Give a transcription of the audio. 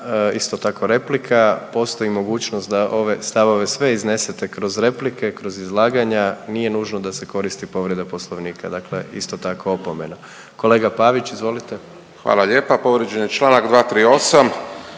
isto tako replika. Postoji mogućnost da ove stavove sve iznesete kroz replike, kroz izlaganja, nije nužno da se koristi povreda poslovnika, dakle isto tako opomena. Kolega Pavić, izvolite. **Pavić, Marko